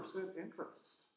interest